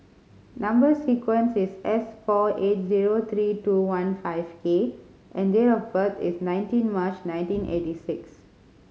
number sequence is S four eight zero three two one five K and date of birth is nineteen March nineteen eighty six